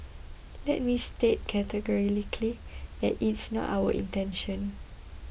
let me state categorically that is not our intention